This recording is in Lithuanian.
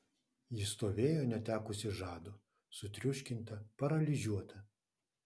ji stovėjo netekusi žado sutriuškinta paralyžiuota